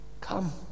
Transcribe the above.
Come